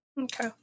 Okay